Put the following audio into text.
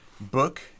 book